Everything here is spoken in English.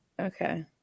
Okay